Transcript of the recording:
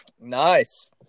Nice